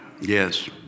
Yes